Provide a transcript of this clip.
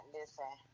Listen